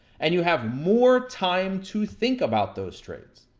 and you have more time to think about those trades.